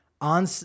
on